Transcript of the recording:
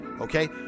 Okay